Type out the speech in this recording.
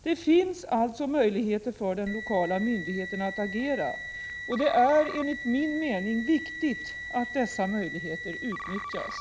Det finns alltså möjligheter för den lokala myndigheten att agera, och det är enligt min mening viktigt att dessa möjligheter utnyttjas.